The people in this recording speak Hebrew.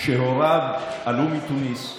שהוריו עלו מתוניס,